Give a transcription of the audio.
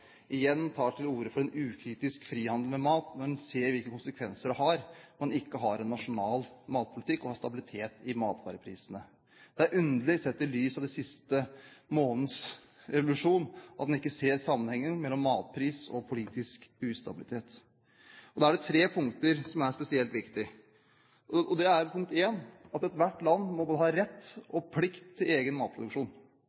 igjen tar til orde for en ukritisk frihandel med mat, når en ser hvilke konsekvenser det har at man ikke har en nasjonal matpolitikk og stabilitet i matvareprisene. Det er underlig sett i lys av den siste månedens revolusjoner at man ikke ser sammenhengen mellom matpris og politisk ustabilitet. Da er det tre punkter som er spesielt viktige: Ethvert land må ha både rett og plikt til egen matproduksjon, for det er det viktigste ethvert land